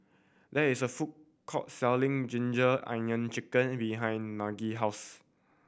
there is a food court selling ginger onion chicken behind Nigel house